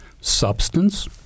substance